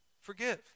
forgive